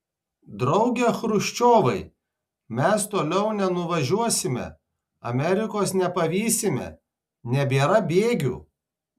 drauge chruščiovai mes toliau nenuvažiuosime amerikos nepavysime nebėra bėgių